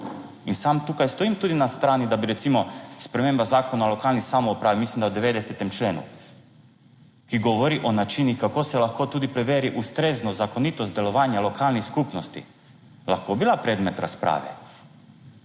In sam tukaj stojim tudi na strani, da bi recimo sprememba Zakona o lokalni samoupravi, mislim da v 90. členu, ki govori o načinih kako se lahko tudi preveri ustreznost, zakonitost delovanja lokalnih skupnosti. Lahko bi bila predmet razprave,